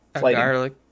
garlic